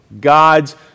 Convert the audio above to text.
God's